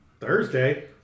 Thursday